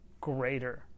greater